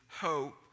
hope